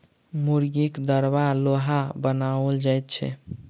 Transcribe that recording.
मुर्गीक दरबा लोहाक बनाओल जाइत छै